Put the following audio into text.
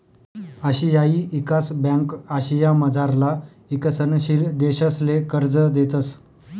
आशियाई ईकास ब्यांक आशियामझारला ईकसनशील देशसले कर्ज देतंस